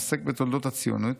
העוסק בתולדות הציונות,